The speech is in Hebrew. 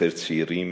יותר צעירים,